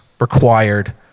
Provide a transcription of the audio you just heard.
required